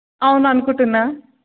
అవును అనుకుంటున్నా